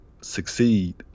succeed